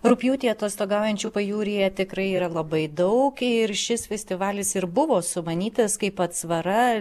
rugpjūtį atostogaujančių pajūryje tikrai yra labai daug ir šis festivalis ir buvo sumanytas kaip atsvara